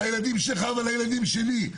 לילדים שלך ולילדים שלי.